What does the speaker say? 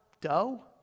dough